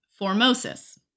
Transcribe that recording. Formosus